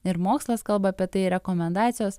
ir mokslas kalba apie tai rekomendacijos